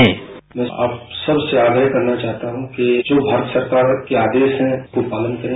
bite मैं आप सबसे आग्रह करना चाहता हूं कि जो भारत सरकार के आदेश हैं उनका पालन करें